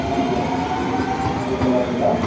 हुन्छ हुन्छ हुन्छ राखे ल